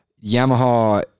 Yamaha